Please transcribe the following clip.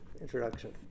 introduction